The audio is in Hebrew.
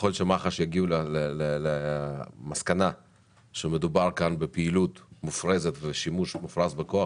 וככל שמח"ש יגיעו למסקנה שמדובר כאן בפעילות מופרזת ושימוש מופרז בכוח,